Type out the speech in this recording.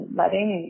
letting